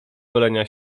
golenia